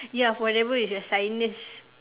ya forever is your sinus